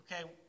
okay